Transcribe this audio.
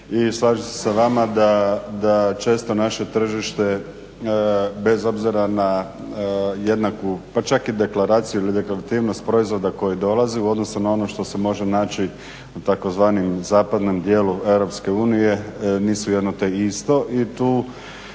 slažem se sa vama da često naše tržište bez obzira na jednaku pa čak i deklaraciju ili deklarativnost proizvoda koji dolazi u odnosu na ono što se može naći u takozvanom zapadnom dijelu EU, nisu jedno te isto i tu